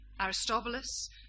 Aristobulus